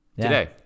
today